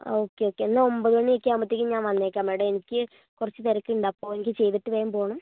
ആ okay okay എന്നാൽ ഒമ്പതു മണിയൊക്കെയാകുമ്പോഴത്തേക്ക് ഞാൻ വന്നേക്കാം മാഡം എനിക്ക് കുറച്ചു തിരക്കുണ്ട് അപ്പോൾ എനിക്ക് ചെയ്തിട്ട് വേഗം പോകണം